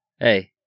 Hey